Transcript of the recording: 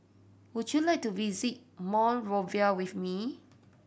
would you like to visit Monrovia with me